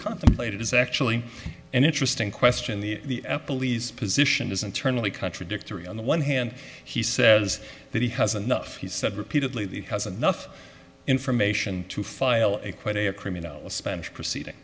contemplated is actually an interesting question the apple lease position is internally contradictory on the one hand he says that he has enough he said repeatedly that he has enough information to file a quite a a criminal is spanish proceeding